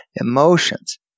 emotions